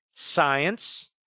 Science